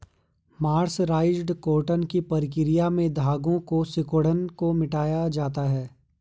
mercerised cotton की प्रक्रिया में धागे की सिकुड़न को मिटाया जाता है